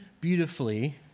beautifully